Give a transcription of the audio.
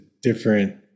different